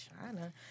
China